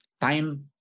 time